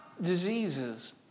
diseases